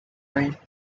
line